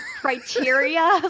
criteria